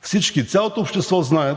Всички, цялото общество знае